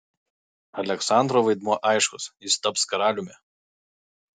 aleksandro vaidmuo aiškus jis taps karaliumi